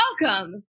Welcome